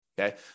okay